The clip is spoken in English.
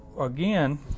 Again